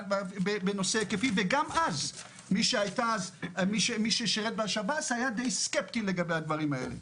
וגם אז מי ששירת בשב"ס היה די סקפטי לגבי הדברים האלה.